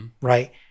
Right